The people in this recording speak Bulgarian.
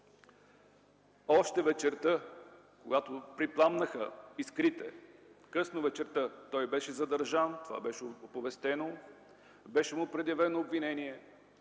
Още вечерта, когато припламнаха искрите, късно вечерта той беше задържан, това беше оповестено, беше му предявено обвинение,